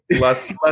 Less